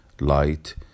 light